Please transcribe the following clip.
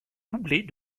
doublet